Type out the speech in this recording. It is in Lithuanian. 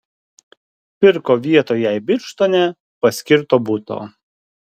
pirko vietoj jai birštone paskirto buto